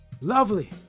lovely